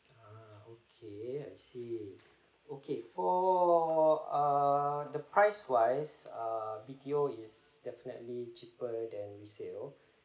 ah okay I see okay for err the price wise err B_T_O is definitely cheaper than resale